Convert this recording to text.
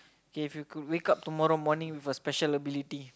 K if you could wake up tomorrow morning with a special ability